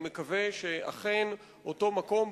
אני מקווה שאכן אותו מקום,